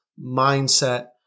mindset